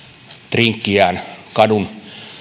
drinkkiään kadun